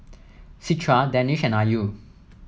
Citra Danish and Ayu